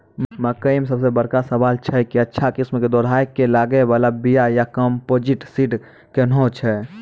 मकई मे सबसे बड़का सवाल छैय कि अच्छा किस्म के दोहराय के लागे वाला बिया या कम्पोजिट सीड कैहनो छैय?